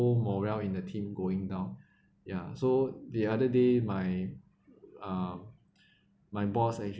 whole morale in the team going down yeah so the other day my uh my boss actually